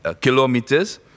kilometers